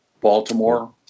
Baltimore